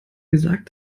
gesagt